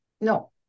No